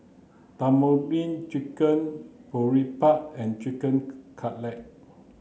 Tandoori Chicken Boribap and Chicken Cutlet